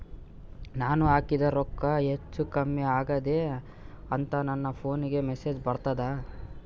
ನಾವ ಹಾಕಿದ ರೊಕ್ಕ ಹೆಚ್ಚು, ಕಮ್ಮಿ ಆಗೆದ ಅಂತ ನನ ಫೋನಿಗ ಮೆಸೇಜ್ ಬರ್ತದ?